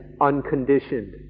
unconditioned